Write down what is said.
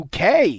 UK